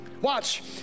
Watch